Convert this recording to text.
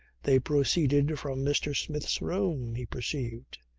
they proceeded from mr. smith's room, he perceived.